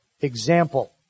example